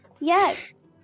Yes